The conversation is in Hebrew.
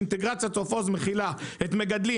אינטגרציית "עוף עוז" מכילה מגדלים